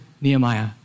Nehemiah